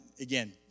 again